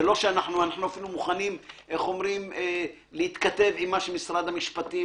אנחנו גם מוכנים להתכתב עם מה שמשרד המשפטים